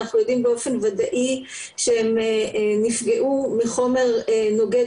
אנחנו יודעים באופן ודאי שהם נפגעו מחומר נוגד